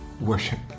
worship